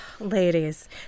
Ladies